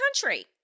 country